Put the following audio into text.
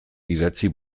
idatzi